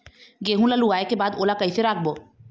गेहूं ला लुवाऐ के बाद ओला कइसे राखबो?